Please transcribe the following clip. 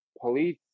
police